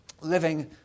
Living